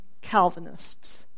Calvinists